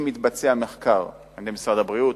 אם יתבצע מחקר על-ידי משרד הבריאות,